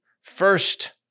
first